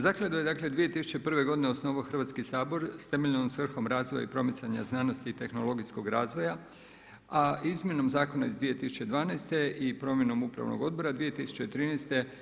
Zakladu je dakle 2001. godine osnovao Hrvatski sabor sa temeljnom svrhom razvoja i promicanja znanosti i tehnologijskog razvoja a izmjenom zakona iz 2012. i promjenom upravnog odbora 2013.